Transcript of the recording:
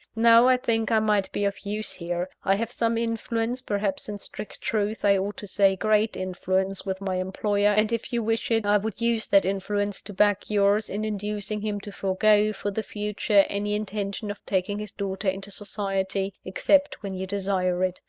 now, i think i might be of use here. i have some influence perhaps in strict truth i ought to say great influence with my employer and, if you wished it, i would use that influence to back yours, in inducing him to forego, for the future, any intention of taking his daughter into society, except when you desire it.